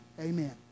amen